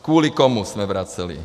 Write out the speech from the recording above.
Kvůli komu jsme vraceli.